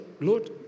Lord